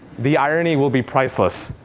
the irony will be priceless.